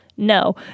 No